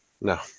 No